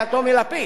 היה טומי לפיד.